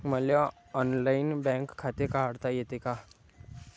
मले online bank खाते काढता येते का?